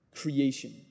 creation